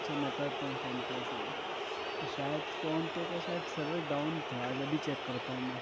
اچھا میں کرتا ہوں فون پے سے شاید فون پے پہ شاید سرور ڈاؤن تھا آج ابھی چیک کرتا ہوں میں